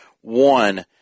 One